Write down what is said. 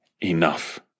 enough